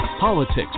politics